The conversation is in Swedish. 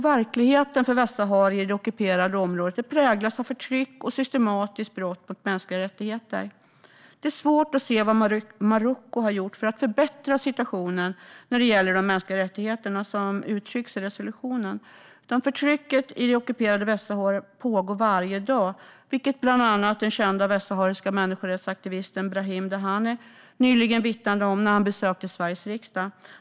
Verkligheten för västsaharier i det ockuperade området präglas av förtryck och systematiska brott mot mänskliga rättigheter. Det är svårt att se vad Marocko har gjort för att förbättra situationen när det gäller de mänskliga rättigheter som uttrycks i resolutionen. Förtrycket i det ockuperade Västsahara pågår varje dag, vilket bland annat den kända västsahariska människorättsaktivisten Brahim Dahane nyligen vittnade om när han besökte Sveriges riksdag.